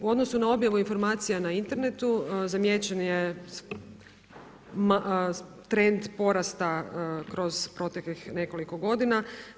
U odnosu na objave informacija na internetu zamijećen je trend porasta kroz proteklih nekoliko godina.